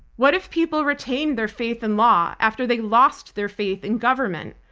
what if people retain their faith in law after they lost their faith in government?